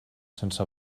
sense